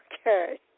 Okay